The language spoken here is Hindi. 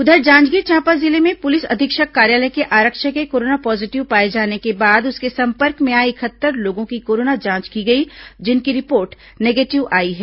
उधर जांजगीर चांपा जिले में पुलिस अधीक्षक कार्यालय के आरक्षक के कोरोना पॉजीटिव पाए जाने के बाद उसके संपर्क में आए इकहत्तर लोगों की कोरोना जांच की गई जिनकी रिपोर्ट निगेटिव आई है